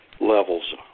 levels